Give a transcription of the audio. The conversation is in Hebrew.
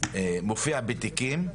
מופיע בתיקים,